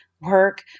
work